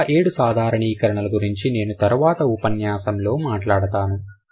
మిగతా ఏడు సాధారణీకరణలు గురించి నేను తర్వాత ఉపన్యాసంలో మాట్లాడతాను